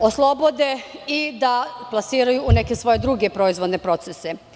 oslobode i da plasiraju u neke svoje druge proizvodne prose.